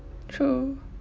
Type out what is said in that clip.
true